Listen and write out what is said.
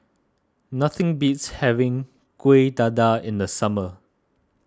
nothing beats having Kuih Dadar in the summer